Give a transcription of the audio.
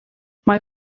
mae